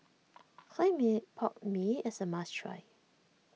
Clay Mee Pot Mee is a must try